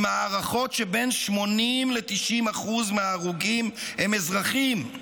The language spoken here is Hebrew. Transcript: עם הערכות שבין 80% ל-90%" מההרוגים הם אזרחים.